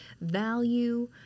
value